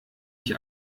ich